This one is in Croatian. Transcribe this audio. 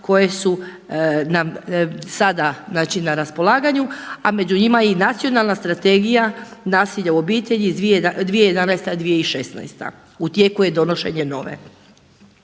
koje su nam sada znači na raspolaganju a među njima je i nacionalna strategija nasilja u obitelj iz 2011.–2016. U tijeku je donošenje nove.